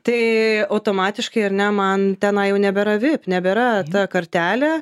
tai automatiškai ar ne man tenai jau nebėra vip nebėra ta kartelė